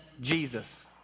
Jesus